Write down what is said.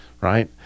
right